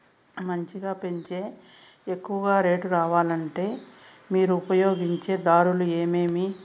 మంచిగా పెంచే ఎక్కువగా రేటు రావాలంటే మీరు ఉపయోగించే దారులు ఎమిమీ?